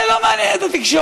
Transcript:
זה לא מעניין את התקשורת.